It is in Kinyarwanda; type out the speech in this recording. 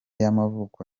y’amavuko